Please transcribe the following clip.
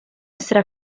essere